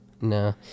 No